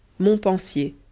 Montpensier